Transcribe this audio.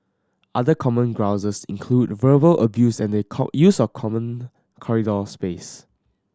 other common grouses include verbal abuse and the use of common corridor space